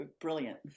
brilliant